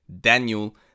Daniel